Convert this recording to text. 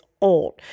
old